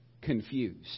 confused